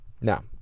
Now